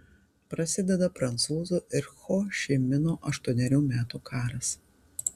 prasideda prancūzų ir ho ši mino aštuonerių metų karas